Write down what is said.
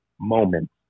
moment